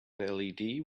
led